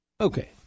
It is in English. Okay